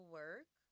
work